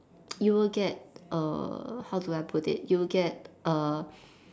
you will get err how do I put it you will get err